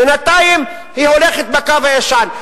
בינתיים היא הולכת בקו הישן,